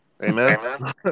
Amen